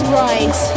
right